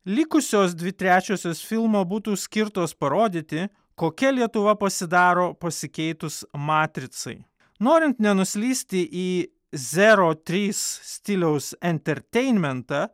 likusios dvi trečiosios filmo būtų skirtos parodyti kokia lietuva pasidaro pasikeitus matricai norint nenuslysti į zero trys stiliaus enterteinmentą